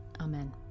Amen